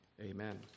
Amen